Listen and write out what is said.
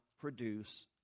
produce